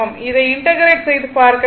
இதை இன்டெகிரெட் செய்து பார்க்க வேண்டும்